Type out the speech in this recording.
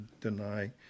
deny